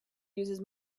uses